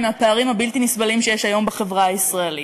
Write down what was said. מהפערים הבלתי-נסבלים שיש היום בחברה הישראלית,